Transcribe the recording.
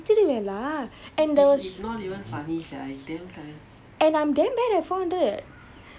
then I'll be like okay this is this is the day I die eh செத்துருவேன்:setthuruven lah